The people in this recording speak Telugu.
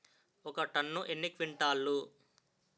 ఒక టన్ను ఎన్ని క్వింటాల్లు?